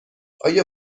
آیا